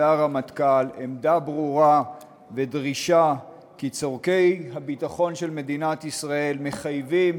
והרמטכ"ל עמדה ברורה ודרישה כי צורכי הביטחון של מדינת ישראל מחייבים